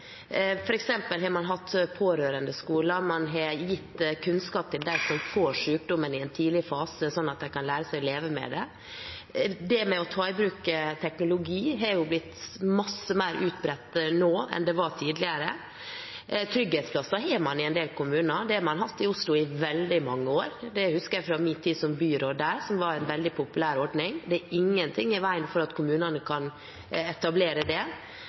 har man hatt pårørendeskoler, man har gitt kunnskap til de som får sykdommen, i en tidlig fase, sånn at de kan lære seg å leve med det. Det med å ta i bruk teknologi har blitt mye mer utbredt nå enn det var tidligere. Man har trygghetsplasser i en del kommuner. Det har man hatt i Oslo i veldig mange år, det husker jeg fra min tid som byråd der, og det var en veldig populær ordning. Det er ingenting i veien for at kommunene kan etablere det.